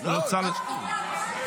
תנו לו לדבר.